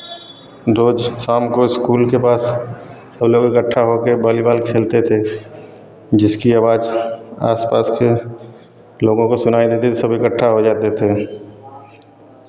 रोज़ शाम को स्कूल के पास सब लोग एकट्ठा होकर बॉलीबाल खेलते थे जिसकी आवाज़ आस पास के लोगों को सुनाई देती सब इकट्ठा हो जाते थे